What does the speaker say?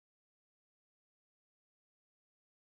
you know all the bangla you go they will carry around